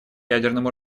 ядерному